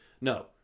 no